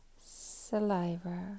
saliva